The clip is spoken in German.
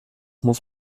muss